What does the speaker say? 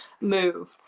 move